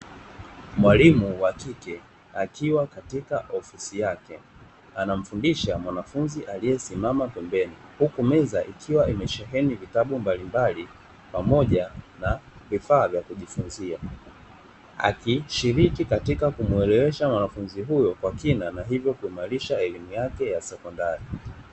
Mwalimu wa kike akiwa katika ofisi yake anamfundisha mwanafunzi aliesimama pembeni huku meza ikiwa imesheheni vitabu mbalimbali pamoja na vifaa vya kujifunzia, akishiriki katika kumuelewesha mwanafunzi huyo kwa kina na hivyo kuimarisha elimu yake ya sekondari.